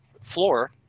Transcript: floor